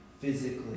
physically